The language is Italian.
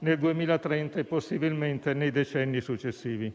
nel 2030 e possibilmente nei decenni successivi.